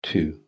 Two